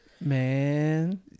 man